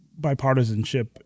bipartisanship